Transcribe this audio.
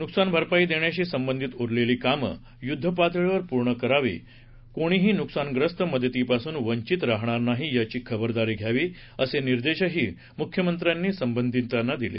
नुकसानभरपाई देण्याशी संबंधित उरलेलं काम युद्धपातळीवर पूर्ण करावं कोणीही नुकसानग्रस्त मदतीपासून वंचित राहणार नाही याची खबरदारी घ्यावी असे निर्देशही मुख्यमंत्र्यांनी संबंधितांना दिले